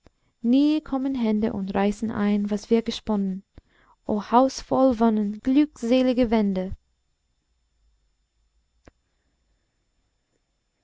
nie kommen hände und reißen ein was wir gesponnen o haus voll wonnen glückselige wände